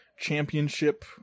championship